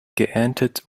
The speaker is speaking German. geerntet